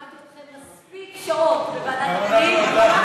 שמעתי אתכם מספיק שעות בוועדת הפנים,